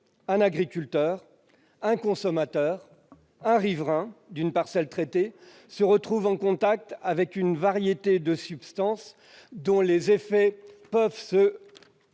un agriculteur, un consommateur ou un riverain d'une parcelle traitée se trouve en contact avec une variété de substances, dont les effets peuvent se